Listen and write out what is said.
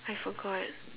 I forgot